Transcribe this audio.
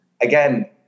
again